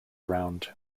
round